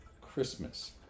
Christmas